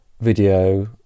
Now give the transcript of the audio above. video